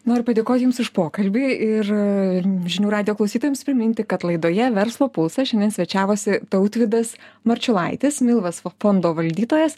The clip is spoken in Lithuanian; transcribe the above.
noriu padėkoti jums už pokalbį ir žinių radijo klausytojams priminti kad laidoje verslo pulsas šiandien svečiavosi tautvydas marčiulaitis milvas fondo valdytojas